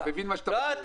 אתה מבין מה שאתה עושה.